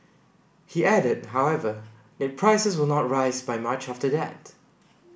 he added however that prices will not rise by much after that